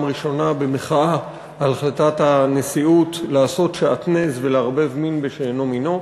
ראשונה במחאה על החלטת הנשיאות לעשות שעטנז ולערבב מין בשאינו מינו,